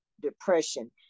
depression